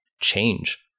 change